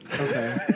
Okay